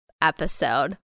episode